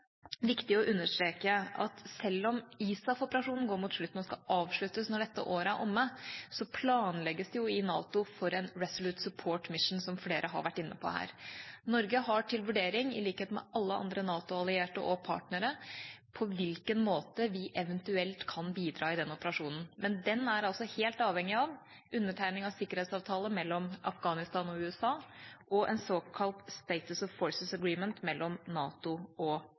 viktig å understreke at selv om ISAF-operasjonen går mot slutten og skal avsluttes når dette året er omme, planlegges det i NATO for en Resolute Support mission, som flere har vært inne på her. Norge har i likhet med alle andre NATO-allierte og partnere til vurdering på hvilken måte vi eventuelt kan bidra i den operasjonen, men den er altså helt avhengig av undertegning av sikkerhetsavtale mellom Afghanistan og USA og en såkalt Status of Forces Agreement mellom NATO og